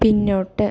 പിന്നോട്ട്